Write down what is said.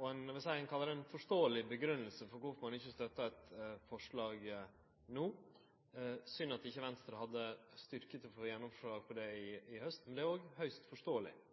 og ei forståeleg grunngjeving for kvifor ein ikkje støttar eit forslag no. Det er synd at Venstre ikkje hadde styrke til å få gjennomslag for det i haust, men det er òg høgst